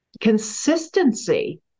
consistency